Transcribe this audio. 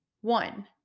One